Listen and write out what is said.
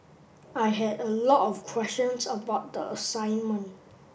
I had a lot of questions about the assignment